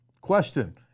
question